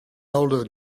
older